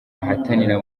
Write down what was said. ahatanira